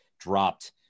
dropped